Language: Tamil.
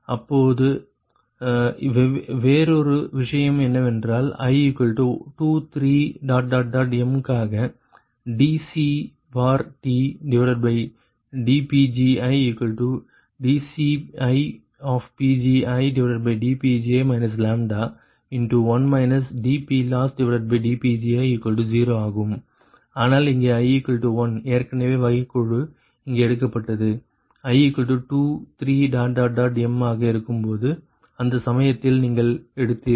இப்பொழுது வேறொரு விஷயம் என்னவென்றால் i23m காக dCTdPgidCidPgi λ1 dPLossdPgi0 ஆகும் ஆனால் இங்கே i 1 ஏற்கனவே வகைக்கெழு இங்கே எடுக்கப்பட்டது i23m ஆக இருக்கும்போது அந்த சமயத்தில் நீங்கள் எடுத்தீர்கள்